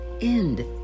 end